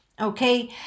okay